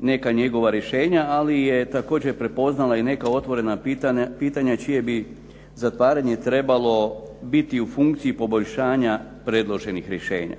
neka njegova rješenja ali je također prepoznala i neka otvorena pitanja čije bi zatvaranje trebalo biti u funkciji poboljšanja predloženih rješenja.